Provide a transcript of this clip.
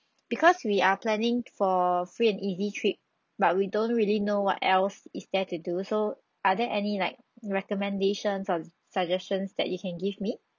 because we are planning for free and easy trip but we don't really know what else is there to do so are there any like recommendations or suggestions that you can give me